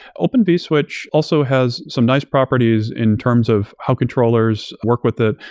open vswitch also has some nice properties in terms of how controllers work with it,